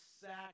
sack